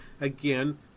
again